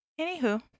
anywho